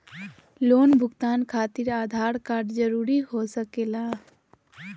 Loan भुगतान खातिर Aadhaar card जरूरी हो सके ला?